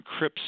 encrypts